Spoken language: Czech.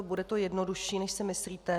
Bude to jednodušší, než si myslíte.